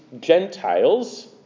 Gentiles